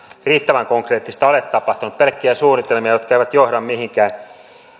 riittävän konkreettista ole tapahtunut pelkkiä suunnitelmia jotka eivät johda mihinkään